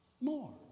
more